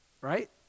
Right